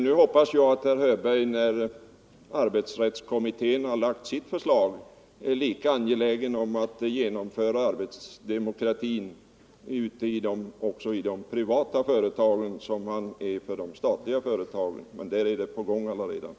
Nu hoppas jag att herr Hörberg, när arbetsfredskommittén har framlagt sitt förslag, är lika angelägen om att genomföra arbetsdemokratin också ute i de privata företagen som han är om att genomföra den i de statliga företagen, där denna verksamhet redan är i gång.